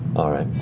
all right,